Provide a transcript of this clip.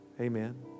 Amen